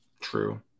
true